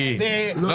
הוא